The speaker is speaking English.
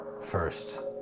First